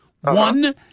One